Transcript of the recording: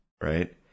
right